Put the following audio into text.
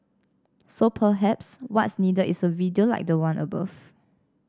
so perhaps what's needed is a video like the one above